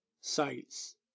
sites